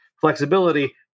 flexibility